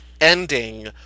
ending